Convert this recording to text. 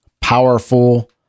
powerful